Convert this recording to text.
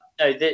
no